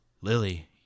Lily